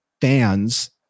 fans